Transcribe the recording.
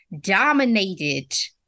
dominated